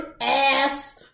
ass